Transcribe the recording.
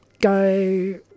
go